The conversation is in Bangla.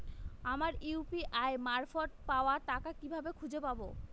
আমার ইউ.পি.আই মারফত পাওয়া টাকা কিভাবে খুঁজে পাব?